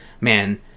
man